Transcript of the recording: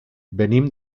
venim